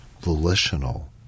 volitional